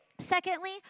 Secondly